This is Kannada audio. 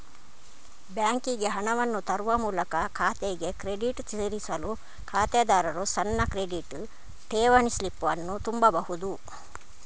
ಬ್ಯಾಂಕಿಗೆ ಹಣವನ್ನು ತರುವ ಮೂಲಕ ಖಾತೆಗೆ ಕ್ರೆಡಿಟ್ ಸೇರಿಸಲು ಖಾತೆದಾರರು ಸಣ್ಣ ಕ್ರೆಡಿಟ್, ಠೇವಣಿ ಸ್ಲಿಪ್ ಅನ್ನು ತುಂಬಬಹುದು